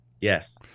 Yes